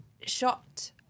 shot